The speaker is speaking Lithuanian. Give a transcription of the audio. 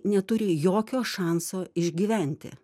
neturi jokio šanso išgyventi